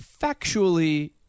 factually